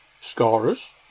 scorers